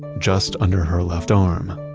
just under her left arm,